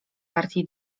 partii